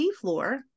floor